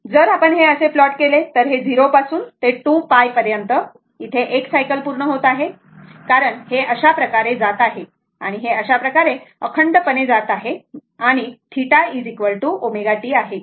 जर आपण हे असे प्लॉट केले तर हे 0 पासून ते 2 π पर्यंत इथे 1 सायकल पूर्ण होत आहे कारण हे अशा प्रकारे जात आहे आणि हे अशाप्रकारे अखंडपणे जात आहे आणि θ ω t आहे बरोबर